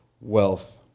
wealth